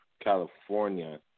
California